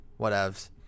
whatevs